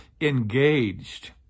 engaged